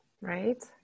Right